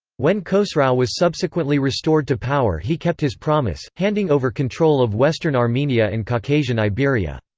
when khosrau was subsequently restored to power he kept his promise, handing over control of western armenia and caucasian iberia.